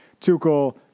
Tuchel